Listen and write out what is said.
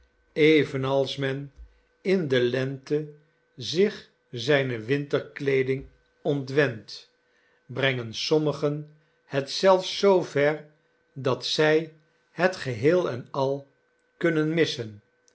evenals men in de lente zich zijne winterkleeding ontwent brengen sommigen het zelfs zoover dat zij het geheel en al kunnen missen